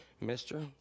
Mister